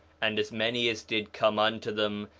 and as many as did come unto them,